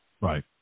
Right